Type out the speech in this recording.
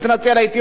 הייתי עובר,